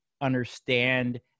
understand